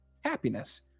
happiness